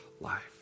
life